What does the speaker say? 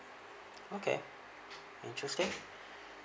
okay interesting